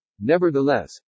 Nevertheless